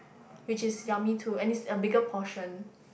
which is yummy too and it's a bigger portion